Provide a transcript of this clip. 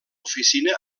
oficina